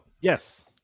Yes